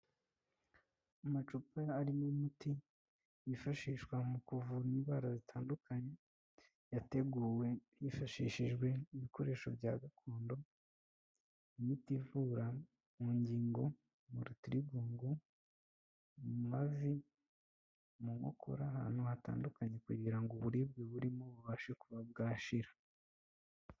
Amacupa arimo umuti yifashishwa mu kuvura indwara zitandukanye, yateguwe hifashishijwe ibikoresho bya gakondo imiti ivura mu ngingo, mu rutigongo, mu mavi, mu nkokora ahantu hatandukanye kugirango uburibwe burimo bubashe kuba bwashira.